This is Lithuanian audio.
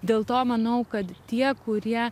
dėl to manau kad tie kurie